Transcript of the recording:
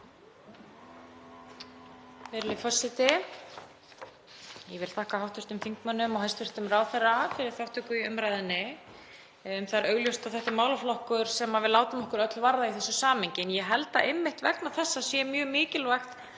Virðulegi forseti. Ég vil þakka hv. þingmönnum og hæstv. ráðherra fyrir þátttöku í umræðunni. Það er augljóst að þetta er málaflokkur sem við látum okkur öll varða í þessu samhengi. En ég held að einmitt vegna þess sé mjög mikilvægt að